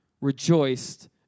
rejoiced